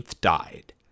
died